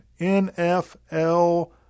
NFL